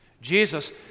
Jesus